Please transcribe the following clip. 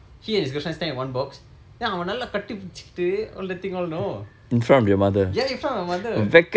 he and his girlfriend stand in one box then அவளை நல்லா கட்டி புடிச்சு கிட்டு:avalai nallaa kati pudicchu kittu all that thing all you know ya in front of my mother